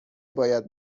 باید